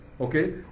Okay